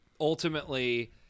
Ultimately